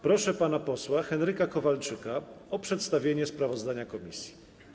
Proszę pana posła Henryka Kowalczyka o przedstawienie sprawozdania komisji.